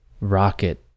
rocket